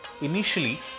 Initially